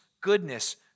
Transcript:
goodness